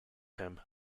him